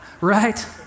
Right